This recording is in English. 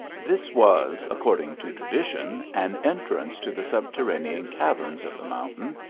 this was, according to tradition, an entrance to the sub terranean caverns of the mountain,